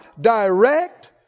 direct